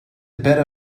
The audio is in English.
beta